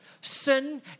Sin